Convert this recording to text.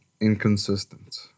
inconsistent